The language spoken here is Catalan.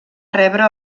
rebre